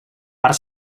part